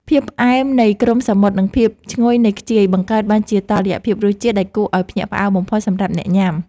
ភាពផ្អែមនៃគ្រំសមុទ្រនិងភាពឈ្ងុយនៃខ្ជាយបង្កើតបានជាតុល្យភាពរសជាតិដែលគួរឱ្យភ្ញាក់ផ្អើលបំផុតសម្រាប់អ្នកញ៉ាំ។